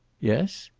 yes?